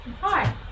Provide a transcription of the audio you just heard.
Hi